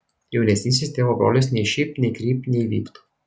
jaunesnysis tėvo brolis nei šypt nei krypt nei vypt